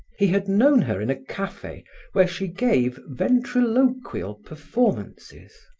he had known her in a cafe where she gave ventriloqual performances.